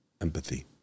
empathy